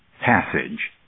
passage